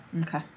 Okay